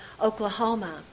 Oklahoma